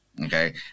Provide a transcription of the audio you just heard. Okay